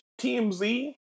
TMZ